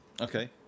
Okay